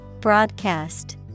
Broadcast